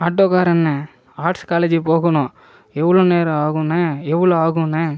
ஆட்டோகாரண்ணே arts college போகணும் எவ்வளோ நேரம் ஆகும்ணே எவ்வளோ ஆகும்ணே